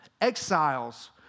exiles